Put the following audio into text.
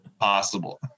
possible